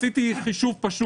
עשיתי חישוב פשוט.